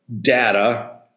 data